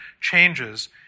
changes